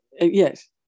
yes